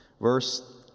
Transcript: Verse